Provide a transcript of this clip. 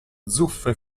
zuffe